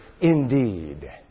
indeed